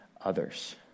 others